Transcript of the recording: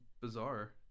bizarre